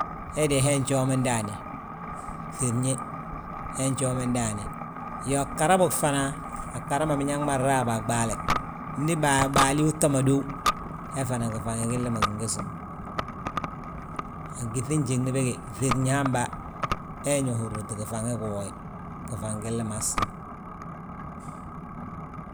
He de he njoomi ndaani, ŧiriñe, he njoomi ndaani. Iyoo, ghara bóg fana, a ghara ma biñaŋ ma nraa bo a ɓaale; Ndi baali uu tta ma dów, he fana gifaŋi gilli ma gin ge súm. A gyíŧi njiŋni bége friñe hamba, he ñe húriti gifaŋi giwooye, gifaŋi gilli maa ssúm.